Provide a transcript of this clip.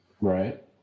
Right